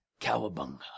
*Cowabunga*